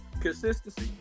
consistency